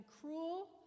cruel